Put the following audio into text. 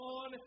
on